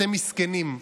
אתם מסכנים.